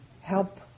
help